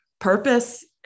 Purpose